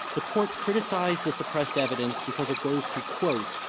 the court criticized the suppressed evidence because it goes to quote,